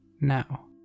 now